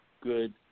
good